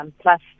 plus